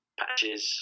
patches